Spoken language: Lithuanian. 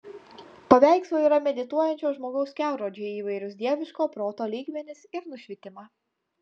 paveikslai yra medituojančio žmogaus kelrodžiai į įvairius dieviškojo proto lygmenis ir nušvitimą